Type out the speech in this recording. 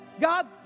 God